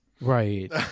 Right